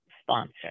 sponsor